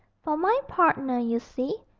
for my partner, you see,